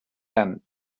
end